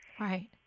Right